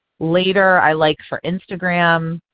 later i like for instagram.